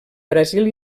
brasil